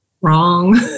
wrong